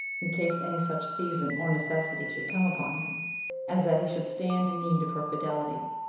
in case any such season or necessity should come upon him as that he should stand in need of her fidelity.